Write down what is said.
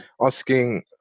asking